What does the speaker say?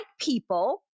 people